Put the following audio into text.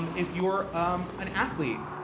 if you're um an athlete,